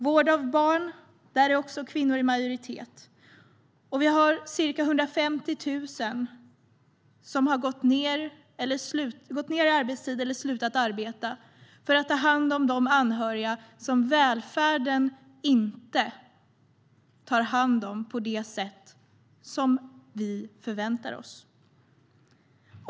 Kvinnor är också i majoritet när det gäller vård av barn. Ca 150 000 kvinnor har gått ned i arbetstid eller slutat arbeta för att ta hand om de anhöriga som välfärden inte tar hand om på det sätt vi förväntar oss.